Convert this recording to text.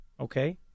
Okay